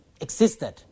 existed